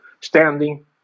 standing